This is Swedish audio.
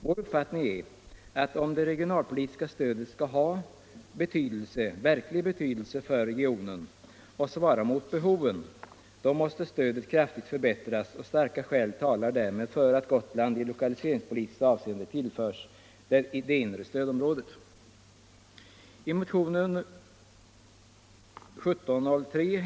Vår uppfattning är att om det regionalpolitiska stödet skall ha någon verklig betydelse för regionen och svara mot behoven, måste stödet kraftigt förbättras. Starka skäl talar därmed för att Gotland i lokaliseringspolitiskt avseende tillförs det inre stödområdet.